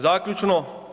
Zaključno.